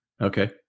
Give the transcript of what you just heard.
Okay